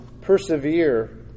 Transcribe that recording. persevere